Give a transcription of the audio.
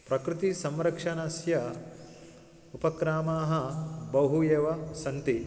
प्रकृतेः संरक्षणस्य उपक्रमाः बहु एव सन्ति